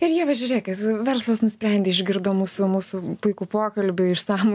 ir ieva žiūrėkit verslas nusprendė išgirdo mūsų mūsų puikų pokalbį išsamų